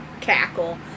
cackle